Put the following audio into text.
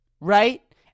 right